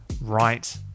right